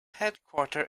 headquarter